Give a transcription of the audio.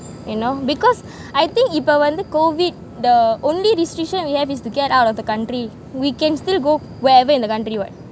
you know because I think இப்ப வந்து:ippa vantuh C_O_V_I_D the only restriction we have is to get out of the country we can still go wherever in the country [what]